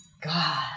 God